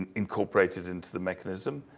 and incorporated into the mechanism.